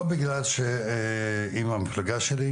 לא בגלל שהיא מהמפלגה שלי,